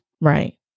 right